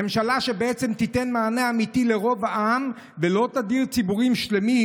ממשלה שבעצם תיתן מענה אמיתי לרוב העם ולא תדיר ציבורים שלמים.